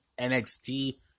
NXT